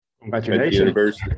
Congratulations